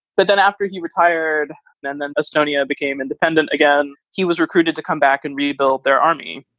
but then after he retired, then then estonia became independent again. he was recruited to come back and rebuilt their army.